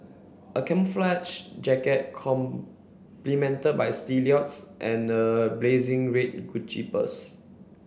a camouflage jacket complemented by stilettos and a blazing red Gucci purse